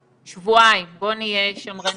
שבועיים, בוא נהיה שמרנים.